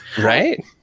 right